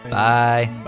Bye